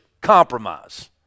compromise